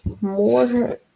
more